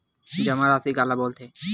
जमा राशि काला बोलथे?